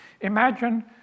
Imagine